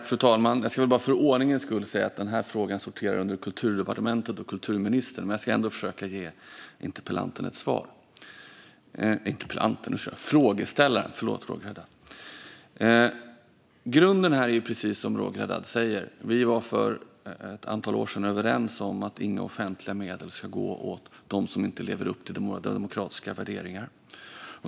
Fru talman! Jag ska väl bara för ordningens skull säga att den här frågan sorterar under Kulturdepartementet och kulturministern. Men jag ska ändå försöka ge frågeställaren ett svar. Grunden här är precis det som Roger Haddad säger: Vi var för ett antal år sedan överens om att inga offentliga medel skulle gå till dem som inte lever upp till våra demokratiska värderingar.